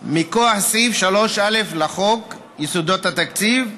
מכוח סעיף 3א לחוק יסודות התקציב,